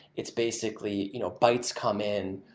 it's basically you know bytes come in,